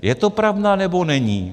Je to pravda, nebo není?